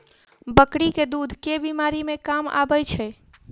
बकरी केँ दुध केँ बीमारी मे काम आबै छै?